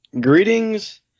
Greetings